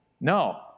no